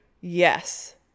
Yes